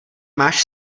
máš